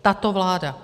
Tato vláda!